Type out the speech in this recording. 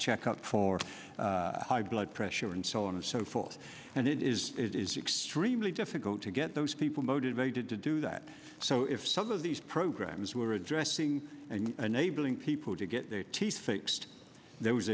checkup for high blood pressure and so on and so forth and it is it is extremely difficult to get those people motivated to do that so if some of these programs were addressing an enabling people to get their teeth fixed there was